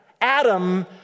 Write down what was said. Adam